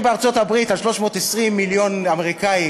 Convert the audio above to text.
אם בארצות-הברית על 320 מיליון אמריקנים